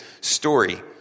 story